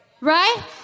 Right